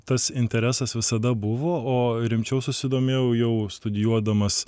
tas interesas visada buvo o rimčiau susidomėjau jau studijuodamas